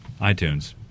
iTunes